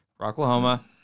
Oklahoma